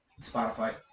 Spotify